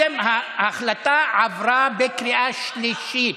ועדת הסכמות, קודם: ההחלטה עברה בקריאה שלישית,